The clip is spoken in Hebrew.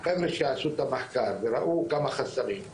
החבר'ה שעשו את המחקר וראו כמה חסמים,